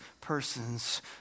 persons